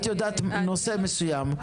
את יודעת נושא מסוים,